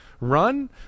Run